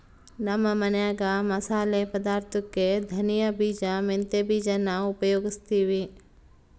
ನಮ್ಮ ಮನ್ಯಾಗ ಮಸಾಲೆ ಪದಾರ್ಥುಕ್ಕೆ ಧನಿಯ ಬೀಜ, ಮೆಂತ್ಯ ಬೀಜಾನ ಉಪಯೋಗಿಸ್ತೀವಿ